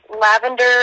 lavender